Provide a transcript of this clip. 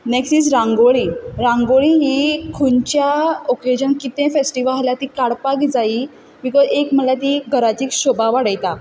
next is rangoli rangoli ही खंयच्या occasion कितें फेस्टिवल आसल्यार ती काडपाक जायी बिकोज एक म्हणल्यार ती घराची शोभा वाडयता